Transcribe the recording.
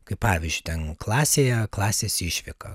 kai pavyzdžiui ten klasėje klasės išvyka